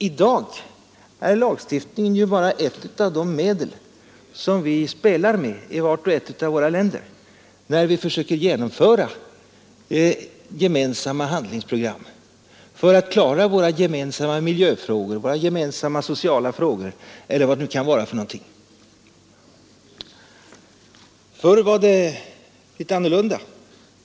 I dag är lagstiftningen bara ett av de medel som vi spelar med i vart och ett av våra länder när vi försöker genomföra gemensamma handlingsprogram för att lösa våra gemensamma miljöproblem, våra gemensamma sociala problem eller vad det nu kan vara. Förr var det annorlunda.